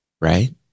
right